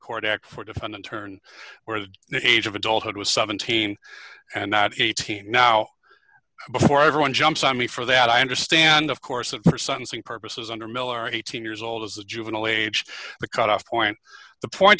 court act for defendant turn where the age of adulthood was seventeen and eighteen now before everyone jumps on me for that i understand of course that her son's and purposes under miller eighteen years old as a juvenile age the cut off point the point